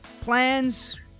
Plans